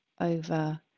over